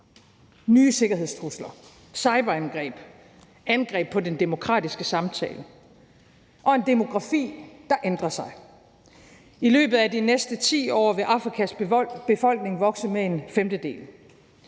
nye sikkerhedstrusler, cyberangreb og angreb på den demokratiske samtale og en demografi, der ændrer sig. I løbet af de næste 10 år vil Afrikas befolkning vokse med en femtedel.